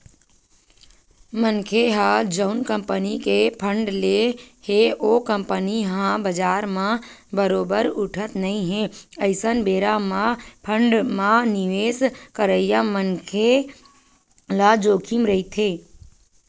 मनखे ह जउन कंपनी के बांड ले हे ओ कंपनी ह बजार म बरोबर उठत नइ हे अइसन बेरा म बांड म निवेस करइया मनखे ल जोखिम रहिथे